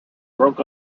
broke